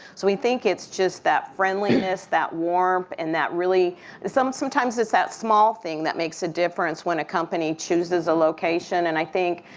so we think it's just that friendliness, that warmth and that really sometimes it's that small thing that makes a difference when a company chooses a location. and i think,